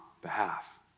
behalf